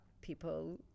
people